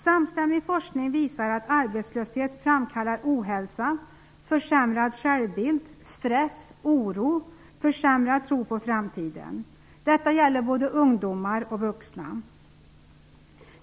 Samstämmig forskning visar att arbetslöshet framkallar ohälsa, försämrad självbild, stress, oro och försämrad tro på framtiden. Detta gäller både ungdomar och vuxna.